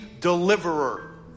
deliverer